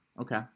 Okay